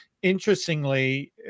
interestingly